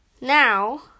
Now